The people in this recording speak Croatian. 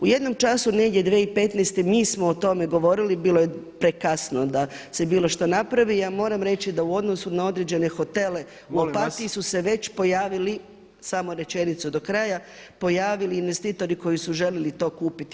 U jednom času negdje 2015. mi smo o tome govorili, bilo je prekasno da se bilo što napravi, ja moram reći da u odnosu na određene hotele u Opatiji su se već pojavili, samo rečenicu do kraja, pojavili investitori koji su željeli to kupiti.